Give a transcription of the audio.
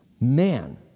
Man